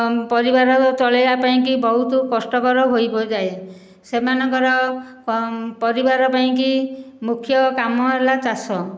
ପରିବାର ଚଳେଇବା ପାଇଁକି ବହୁତ କଷ୍ଟକର ହୋଇଯାଏ ସେମାନଙ୍କର ପରିବାର ପାଇଁକି ମୁଖ୍ୟ କାମ ହେଲା ଚାଷ